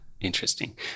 Interesting